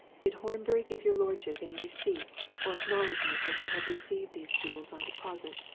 did horbury give your lordship any receipt, or acknowledgment that he had received these jewels on deposit?